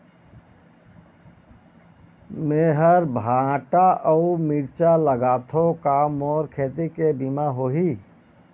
मेहर भांटा अऊ मिरचा लगाथो का मोर खेती के बीमा होही?